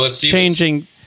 changing